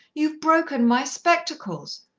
you've broken my spectacles,